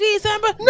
December